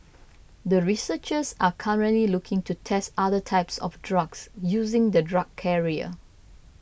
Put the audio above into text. the researchers are currently looking to test other types of drugs using the drug carrier